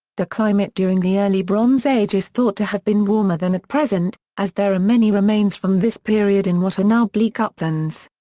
the climate during the early bronze age is thought to have been warmer than at present, as there are many remains from this period in what are now bleak uplands.